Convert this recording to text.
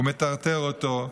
ומטרטר אותו.